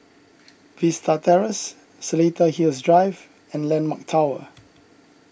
Vista Terrace Seletar Hills Drive and Landmark Tower